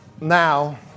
now